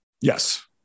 yes